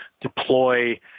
deploy